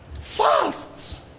Fast